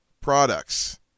products